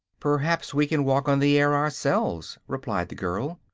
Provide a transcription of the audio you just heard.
perhaps we can walk on the air ourselves, replied the girl.